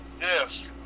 Yes